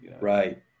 Right